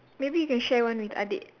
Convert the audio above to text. maybe you can share one with adik